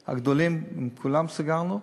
הגדולים, עם כולם סגרנו.